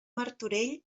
martorell